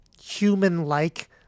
human-like